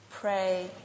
pray